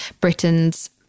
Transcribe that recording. Britain's